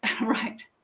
Right